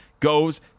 goes